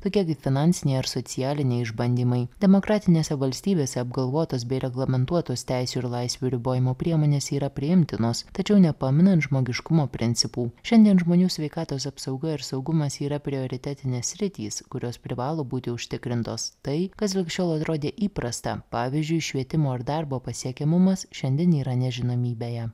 tokie kaip finansiniai ar socialiniai išbandymai demokratinėse valstybėse apgalvotas bei reglamentuotos teisių ir laisvių ribojimo priemonės yra priimtinos tačiau nepaminant žmogiškumo principų šiandien žmonių sveikatos apsauga ir saugumas yra prioritetinės sritys kurios privalo būti užtikrintos tai kas lig šiol atrodė įprasta pavyzdžiui švietimo ir darbo pasiekiamumas šiandien yra nežinomybėje